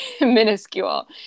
minuscule